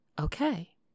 okay